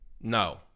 no